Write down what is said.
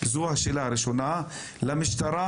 זו השאלה הראשונה למשטרה.